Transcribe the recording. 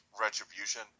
retribution